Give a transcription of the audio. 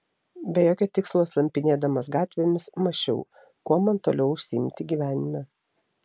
be jokio tikslo slampinėdamas gatvėmis mąsčiau kuom man toliau užsiimti gyvenime